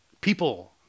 people